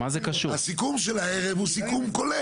הסיכום של הערב הוא סיכום כולל.